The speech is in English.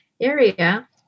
area